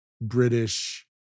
British